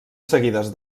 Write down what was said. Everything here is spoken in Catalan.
seguides